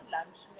Lunch